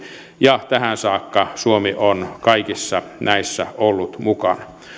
ja tähän saakka suomi on kaikissa näissä ollut mukana